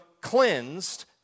cleansed